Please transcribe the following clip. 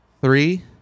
Three